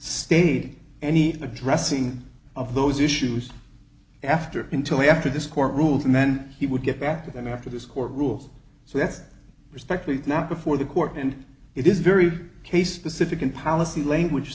state any addressing of those issues after until after this court rules and then he would get back to them after this court rules so that's respected not before the court and it is very case specific in policy language